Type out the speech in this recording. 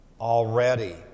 already